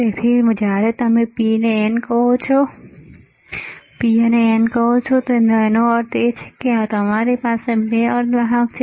તેથી જ્યારે તમે P અને N કહો છો તેનો અર્થ એ કે તમારી પાસે બે અર્ધવાહક છે